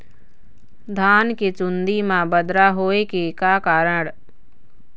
धान के चुन्दी मा बदरा होय के का कारण?